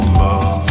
love